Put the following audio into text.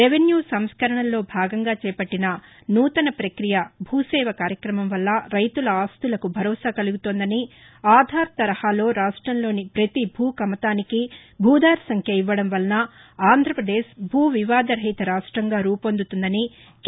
revenue సంస్కరణలలో భాగంగా చేపట్టిన నూతన పక్రియ భూసేవ కార్యక్రమం వల్ల రైతుల ఆస్తులకు భరోసా కలుగుతోందనిఆధార్ తరహాలో రాష్ట్రంలోని పతి భూ కమతానికి భూధార్ సంఖ్య ఇవ్వడంవలన ఆంధ్రప్రదేశ్ భూ వివాద రహిత రాష్టంగా రూపొందుతుందని కె